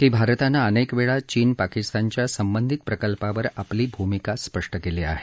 की भारतानं अनेक वेळा चीन पाकिस्तानच्या संबंधित प्रकल्पावर आपली भूमिका स्पष्ट केली आहे